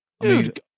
dude